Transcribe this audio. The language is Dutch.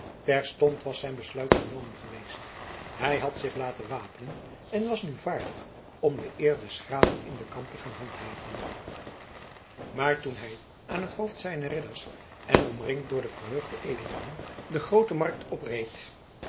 terstond was zijn besluit genomen geweest hij had zich laten wapenen en was nu vaardig om de eer des graven in den kamp te gaan handhaven maar toen hij aan het hoofd zijner ridders en omringd door de verheugde edellieden de groote markt opreed